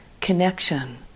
connection